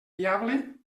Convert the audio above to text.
viable